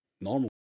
normal